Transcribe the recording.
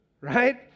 Right